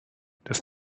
dass